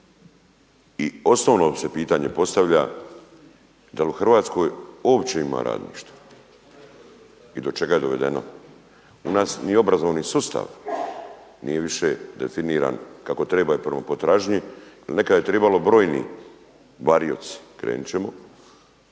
i osnovno se pitanje postavlja da li u Hrvatskoj uopće ima radništva i do čega je dovedeno? U nas ni obrazovni sustav nije više definiran kako treba i prema potražnji i nekad je trebalo brojni varioci krenut ćemo